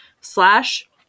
slash